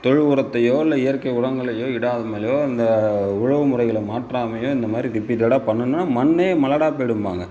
தொழு உரத்தையோ இல்லை இயற்கை உரங்களையோ இடாமலேயோ அந்த உழவு முறைகளை மாற்றாமையோ இந்த மாதிரி ரிப்பீட்டடாக பண்ணணுனால் மண்ணே மலடாக போய்விடும்பாங்க